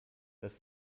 dass